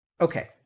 Okay